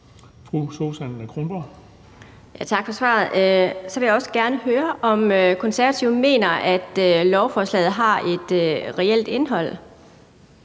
Tak for svaret. Så vil jeg også gerne høre, om Konservative mener, at lovforslaget har et reelt indhold.